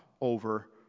over